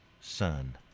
son